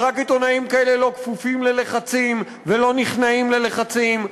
ורק עיתונאים כאלה לא כפופים ללחצים ולא נכנעים ללחצים.